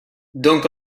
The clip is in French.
donc